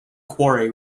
quarry